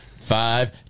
five